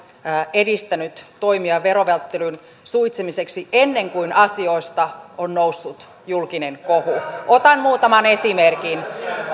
edistänyt toimia verovälttelyn suitsimiseksi ennen kuin asioista on noussut julkinen kohu otan muutaman esimerkin